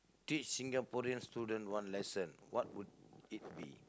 teach Singaporean students one lesson what would it be